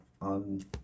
on